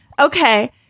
okay